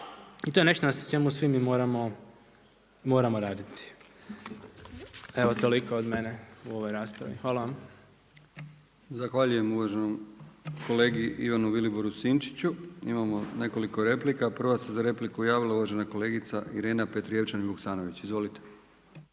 i to je nešto na čemu svi mi moramo raditi. Evo toliko od mene u ovoj raspravi. Hvala. **Brkić, Milijan (HDZ)** Zahvaljujem uvaženom kolegi Ivanu Viliboru Sinčiću. Imamo nekoliko replika. Prva se za repliku javila uvažena kolegica Irena Petrijevčanin Vuksanović. Izvolite.